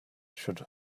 should